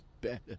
better